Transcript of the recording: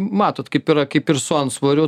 matot kaip yra kaip ir su antsvoriu